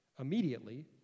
Immediately